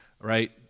right